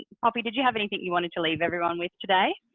poppy, did you have anything you wanted to leave everyone with today?